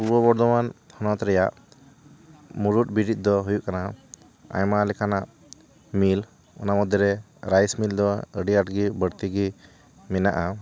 ᱯᱩᱨᱵᱚ ᱵᱚᱨᱫᱷᱚᱢᱟᱱ ᱦᱚᱱᱚᱛ ᱨᱮᱭᱟᱜ ᱢᱩᱲᱩᱫ ᱵᱤᱨᱤᱫ ᱫᱚ ᱦᱩᱭᱩᱜ ᱠᱟᱱᱟ ᱟᱭᱢᱟ ᱞᱮᱠᱟᱱᱟᱜ ᱢᱤᱞ ᱚᱱᱟ ᱢᱚᱫᱷᱮ ᱨᱮ ᱨᱟᱭᱤᱥ ᱢᱤᱞ ᱫᱚ ᱟᱹᱰᱤ ᱟᱴ ᱜᱮ ᱵᱟᱲᱛᱤ ᱜᱮ ᱢᱮᱱᱟᱜᱼᱟ